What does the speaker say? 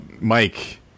Mike